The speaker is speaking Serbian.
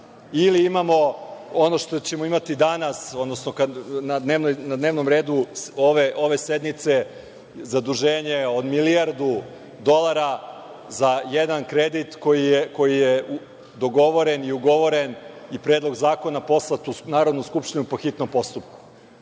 ili imamo ono što ćemo imati danas, odnosno kad na dnevni red ove sednice dođe – zaduženje od milijardu dolara za jedan kredit koji je dogovoren i ugovoren i predlog zakona poslat u Narodnu skupštinu po hitnom postupku. Mi